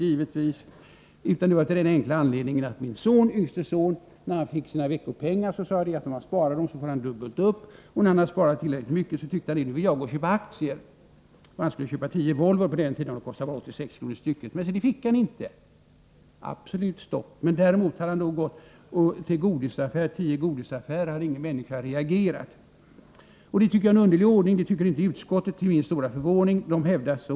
Jag väckte motionen av den enkla anledningen att jag till min yngste son hade sagt att om han sparade sina veckopengar skulle han få dubbelt upp, och när han hade sparat tillräckligt mycket ville han köpa aktier. Han skulle köpa tio Volvoaktier — på den tiden kostade de 60-80 kr. stycket. Men, se det fick han inte! Det var absolut stopp. Men hade han gått till tio godisaffärer och handlat hade ingen människa reagerat. Jag tycker detta är en underlig ordning. Till min stora förvåning tycker inte utskottet det.